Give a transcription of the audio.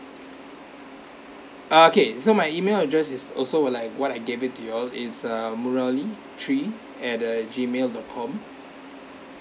okay so my email address is also were like what I gave it to you all is ah murali three at uh gmail dot com